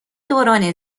دوران